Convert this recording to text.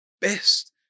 best